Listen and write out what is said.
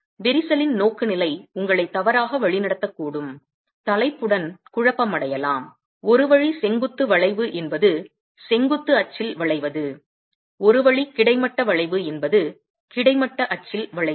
விரிசலின் நோக்குநிலை உங்களைத் தவறாக வழிநடத்தக்கூடும் தலைப்புடன் குழப்பமடையலாம் ஒரு வழி செங்குத்து வளைவு என்பது செங்குத்து அச்சில் வளைவது ஒரு வழி கிடைமட்ட வளைவு என்பது கிடைமட்ட அச்சில் வளைவது